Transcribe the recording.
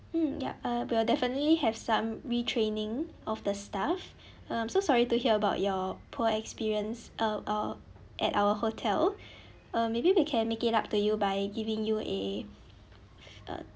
mm ya we'll definitely have some retraining of the staff I'm so sorry to hear about your poor experience uh at our hotel or maybe we can make it up to you by giving you a a